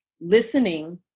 listening